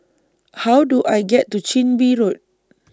How Do I get to Chin Bee Road